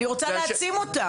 מצוין, אני רוצה להעצים אותה.